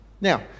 Now